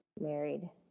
married